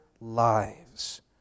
lives